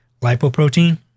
lipoprotein